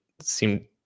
seem